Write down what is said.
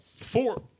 Four